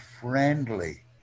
friendly